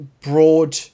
broad